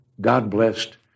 God-blessed